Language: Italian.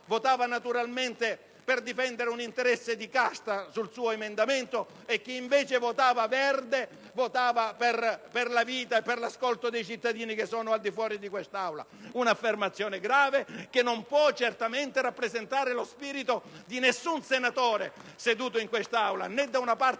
fatto naturalmente per difendere un interesse di casta, mentre chi avesse votato a favore, sarebbe stato per la vita e per l'ascolto dei cittadini che sono al di fuori di quest'Aula. Su tratta di un'affermazione grave, che non può certamente rappresentare lo spirito di nessun senatore seduto in quest'Aula, né da un parte,